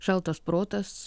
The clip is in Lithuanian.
šaltas protas